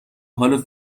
حال